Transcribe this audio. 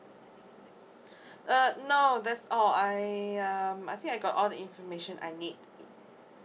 err no that's all I um I think I got all the information I need